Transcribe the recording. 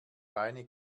reine